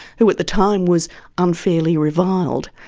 who at the time was unfairly reviled.